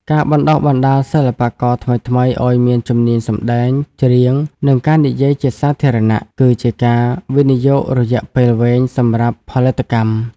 ការបណ្តុះបណ្តាលសិល្បករថ្មីៗឱ្យមានជំនាញសម្ដែង ច្រៀង និងការនិយាយជាសាធារណៈ គឺជាការវិនិយោគរយៈពេលវែងសម្រាប់ផលិតកម្ម។